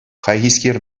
хайхискер